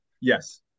Yes